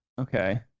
Okay